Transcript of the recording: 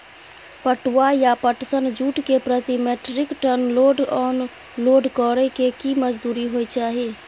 पटुआ या पटसन, जूट के प्रति metric ton load unload करै के की मजदूरी होय चाही?